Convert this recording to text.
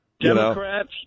Democrats